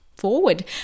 forward